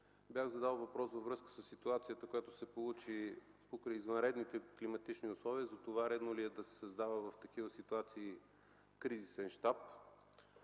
Бях задал въпрос във връзка със ситуацията, която се получи покрай извънредните климатични условия за това редно ли е да се създава в такива ситуации кризисен щаб,